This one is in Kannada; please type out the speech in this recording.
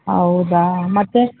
ಹೌದಾ ಮತ್ತೆ